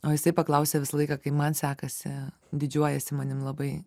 o jisai paklausia visą laiką kai man sekasi didžiuojasi manim labai